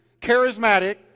charismatic